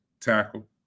tackle